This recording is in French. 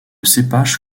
cépage